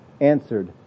answered